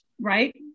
right